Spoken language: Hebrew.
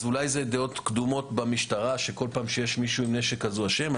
אז אולי זה דעות קדומות במשטרה שכל פעם שיש מישהו עם נשק הוא אשם.